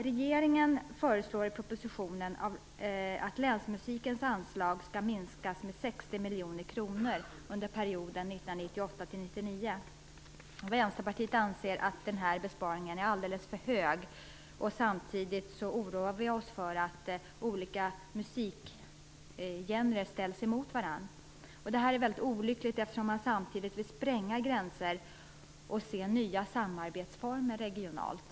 Regeringen föreslår i propositionen att länsmusikens anslag skall minskas med 60 miljoner kronor under perioden 1998-1999. Vänsterpartiet anser att besparingen är alldeles för hög. Samtidigt oroar vi oss för att olika musikgenrer ställs emot varandra. Det är olyckligt eftersom man samtidigt vill spränga gränser och se nya samarbetsformer regionalt.